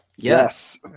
Yes